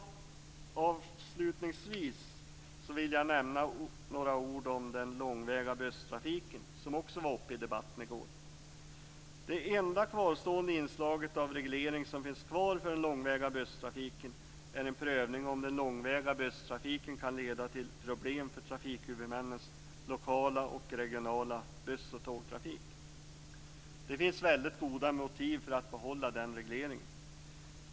Jag vill nämna några ord om den långväga busstrafiken, som också var uppe i debatten i går. Det enda kvarstående inslaget av reglering för den långväga busstrafiken är en prövning av om den långväga busstrafiken kan leda till problem för trafikhuvudmännens lokala och regionala buss och tågtrafik. Det finns mycket goda motiv för att behålla den regleringen.